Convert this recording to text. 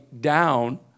down